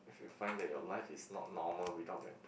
if you find that your life is not normal without that per~